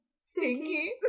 Stinky